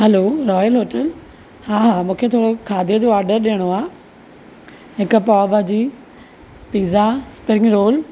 hello royal hotel हा मूंखे थोरो खाधे जो ऑर्डर डि॒यणो आहे हिकु pav bhaji pizza spring role